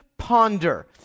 ponder